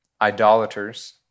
idolaters